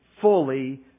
fully